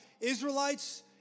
Israelites